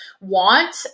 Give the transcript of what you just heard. want